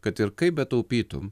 kad ir kaip betaupytum